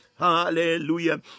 Hallelujah